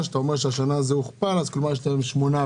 שזה גם בקושי 2%. כמה עובדים יש בקרב אנשים עם מוגבלויות?